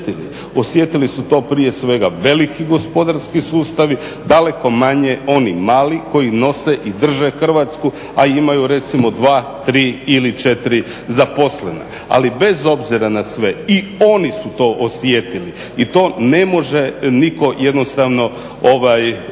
Osjetili su to prije svega veliki gospodarski sustav, daleko manje oni mali koji nose i drže Hrvatsku a imaju recimo 2, 3 ili 4 zaposlena. Ali bez obzira na sve i oni su to osjetili i to ne može nitko jednostavno osporiti.